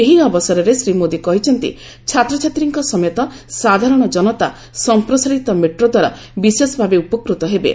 ଏହି ଅବସରରେ ଶ୍ରୀ ମୋଦୀ କହିଛନ୍ତି ଛାତ୍ରଛାତ୍ରୀଙ୍କ ସମେତ ସାଧାରଣ ଜନତା ସମ୍ପ୍ରସାରିତ ମେଟ୍ରୋ ଦ୍ୱାରା ବିଶେଷଭାବେ ଉପକୃତ ହେବେ